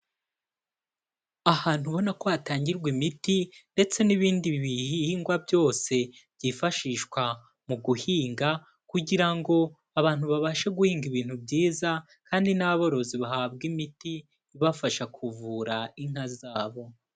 Ahantu ubona ko hatangirwa imiti ndetse n'ibindi bihingwa byose byifashishwa mu guhinga, kugira ngo abantu babashe guhinga ibintu byiza, kandi n'aborozi bahabwe imiti ibafasha kuvura inka zabo.